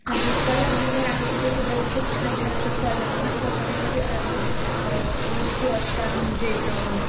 आणि कला भांडार आहे तिथेसुद्धा खूप छान छान अशा कला हस्तकलेमध्ये वस्तू असतात म्हणजेच